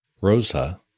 Rosa